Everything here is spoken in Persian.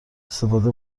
استفاده